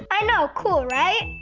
i know, cool right?